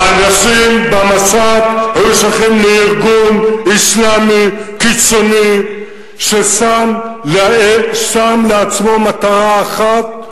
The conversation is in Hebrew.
האנשים במשט היו שייכים לארגון אסלאמי קיצוני ששם לעצמו מטרה אחת: